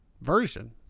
version